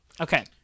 Okay